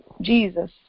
Jesus